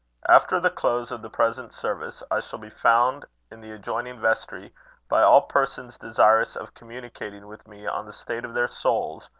after the close of the present service, i shall be found in the adjoining vestry by all persons desirous of communicating with me on the state of their souls,